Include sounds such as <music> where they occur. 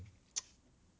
<noise>